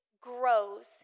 grows